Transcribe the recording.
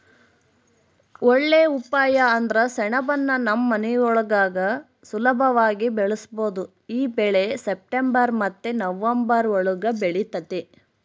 ಒಳ್ಳೇ ಉಪಾಯ ಅಂದ್ರ ಸೆಣಬುನ್ನ ನಮ್ ಮನೆಗುಳಾಗ ಸುಲುಭವಾಗಿ ಬೆಳುಸ್ಬೋದು ಈ ಬೆಳೆ ಸೆಪ್ಟೆಂಬರ್ ಮತ್ತೆ ನವಂಬರ್ ಒಳುಗ ಬೆಳಿತತೆ